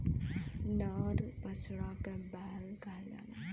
नर बछड़ा के बैल कहल जाला